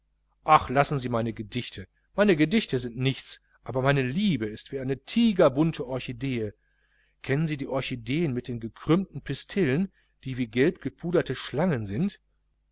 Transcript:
ach lassen sie meine gedichte meine gedichte sind nichts aber meine liebe ist wie eine tigerbunte orchidee kennen sie die orchideeen mit den gekrümmten pistillen die wie gelbgepuderte schlangen sind